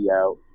out